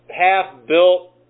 half-built